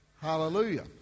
Hallelujah